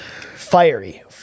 Fiery